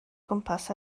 gwmpas